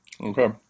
Okay